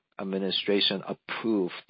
Administration-approved